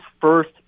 first